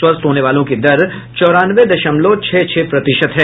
स्वस्थ होने वालों की दर चौरानवे दशमलव छह छह प्रतिशत है